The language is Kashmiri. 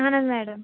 اَہَن حظ میڈَم